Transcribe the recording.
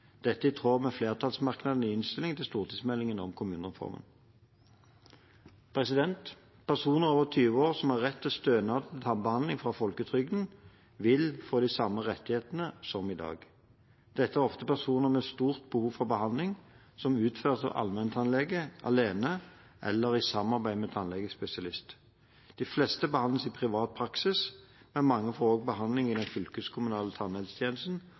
Dette er i tråd med flertallsmerknadene i innstillingen til stortingsmeldingen om kommunereformen. Personer over 20 år som har rett til stønad til tannbehandling fra folketrygden, vil få de samme rettighetene som i dag. Dette er ofte personer med stort behov for behandling, som utføres av allmenntannlege alene eller i samarbeid med tannlegespesialist. De fleste behandles i privat praksis, men mange får også behandling i den fylkeskommunale tannhelsetjenesten